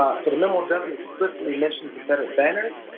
ah so the memo does not explicitly mentioned confederate banners,